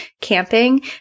camping